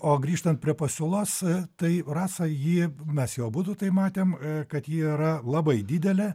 o grįžtant prie pasiūlos tai rasa ji mes jau abudu tai matėm kad ji yra labai didelė